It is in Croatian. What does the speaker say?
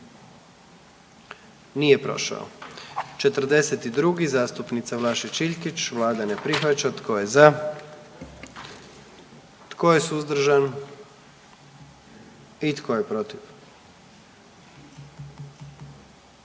44. Kluba zastupnika SDP-a, vlada ne prihvaća. Tko je za? Tko je suzdržan? Tko je protiv?